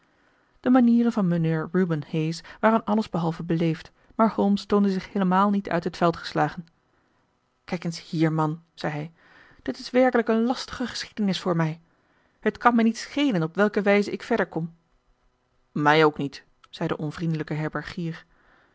de manieren van mijnheer reuben hayes waren alles behalve beleefd maar holmes toonde zich heelemaal niet uit het veld geslagen kijk eens hier man zei hij dit is werkelijk een lastige geschiedenis voor mij het kan mij niet schelen op welke wijze ik verder kom mij ook niet zei de onvriendelijke herbergier